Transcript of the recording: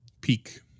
peak